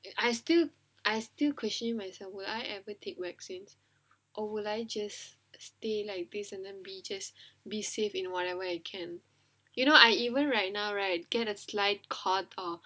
I still I still questioning myself would I even take vaccines or will I just stay like this and then be just be safe in whatever I can you know I even right now right get a slight cough or